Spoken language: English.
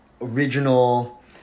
original